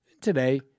Today